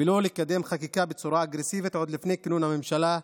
ולא לקדם חקיקה בצורה אגרסיבית עוד לפני כינון הממשלה,